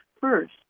first